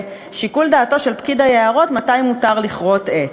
בשיקול דעתו של פקיד היערות מתי מותר לכרות עץ.